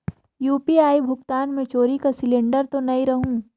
UPI भुगतान मे चोरी कर सिलिंडर तो नइ रहु?